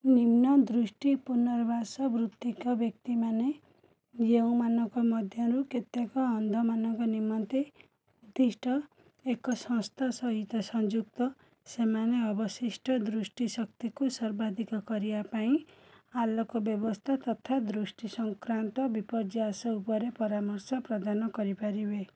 ନିମ୍ନ ଦୃଷ୍ଟି ପୁନର୍ବାସ ବୃତ୍ତିକ ବ୍ୟକ୍ତିମାନେ ଯେଉଁମାନଙ୍କ ମଧ୍ୟରୁ କେତେକ ଅନ୍ଧମାନଙ୍କ ନିମନ୍ତେ ଉଦ୍ଦିଷ୍ଟ ଏକ ସଂସ୍ଥା ସହିତ ସଂଯୁକ୍ତ ସେମାନେ ଅବଶିଷ୍ଟ ଦୃଷ୍ଟିଶକ୍ତିକୁ ସର୍ବାଧିକ କରିବା ପାଇଁ ଆଲୋକ ବ୍ୟବସ୍ଥା ତଥା ଦୃଷ୍ଟିସଂକ୍ରାନ୍ତ ବିପର୍ଯ୍ୟାସ ଉପରେ ପରାମର୍ଶ ପ୍ରଦାନ କରିପାରିବେ